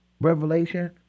revelation